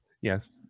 Yes